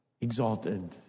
exalted